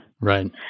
Right